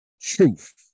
truth